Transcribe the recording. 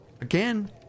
Again